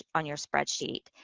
on your spreadsheet.